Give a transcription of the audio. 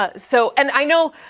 ah so and i know,